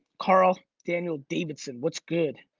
carl daniel davidson. what's good?